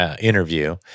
interview